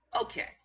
okay